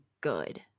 good